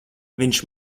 viņš